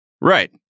Right